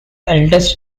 eldest